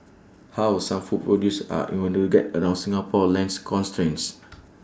how some food producers are innovating to get around Singapore's land constraints